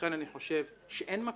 לכן אני חושב שאין מקום,